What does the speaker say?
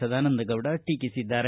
ಸದಾನಂದಗೌಡ ಟೀಕಿಸಿದ್ದಾರೆ